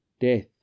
death